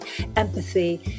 empathy